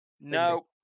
No